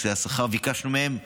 ביקשנו מהם: